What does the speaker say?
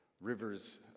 rivers